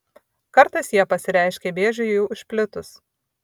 kartais jie pasireiškia vėžiui jau išplitus